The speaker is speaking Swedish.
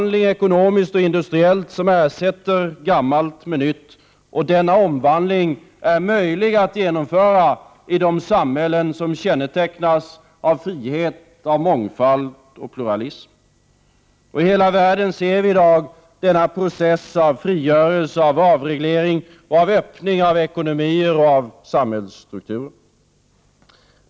Den ekonomiska och industriella omvandlingen ersätter gammalt med nytt. Denna omvandling är möjlig i de samhällen som kännetecknas av frihet, mångfald och pluralism. I hela världen ser vi i dag en process av frigörelse, avreglering och öppning av ekonomier och samhällsstrukturer.